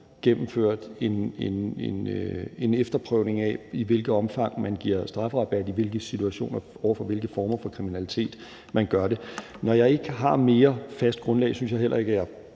gennemført en efterprøvning af, i hvilket omfang man giver strafrabat, i hvilke situationer og over for hvilke former for kriminalitet man gør det. Når jeg ikke har mere fast grundlag, synes jeg heller ikke jeg